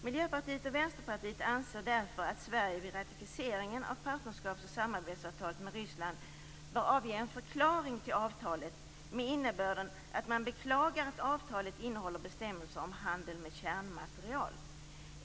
Miljöpartiet och Vänsterpartiet anser därför att Sverige vid ratificeringen av partnerskaps och samarbetsavtalet med Ryssland bör avge en förklaring till avtalet med innebörden att man beklagar att avtalet innehåller bestämmelser om handel med kärnmaterial.